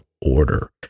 order